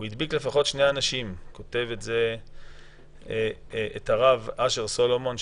הוא הדביק לפחות שני אנשים את הרב אשר סלומון,